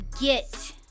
get